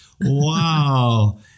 Wow